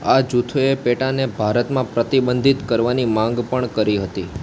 આ જૂથોએ પેટાને ભારતમાં પ્રતિબંધિત કરવાની માંગ પણ કરી હતી